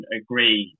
agree